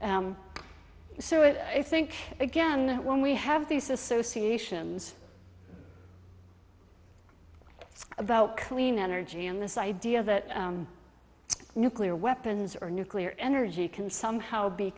so i think again when we have these associations about clean energy and this idea that nuclear weapons or nuclear energy can somehow be